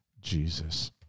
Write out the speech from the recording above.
Jesus